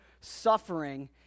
suffering